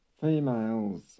females